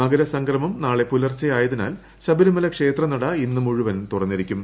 മകരസംക്രമം നാളെ പുലർച്ചെ ആയതിനാൽ ശബരിമല ക്ഷേത്രനട ഇന്ന് മുഴുവൻ തുറന്നിരിക്കും